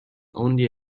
only